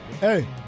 Hey